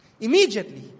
Immediately